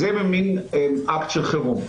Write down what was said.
זה במין אקט של חירום.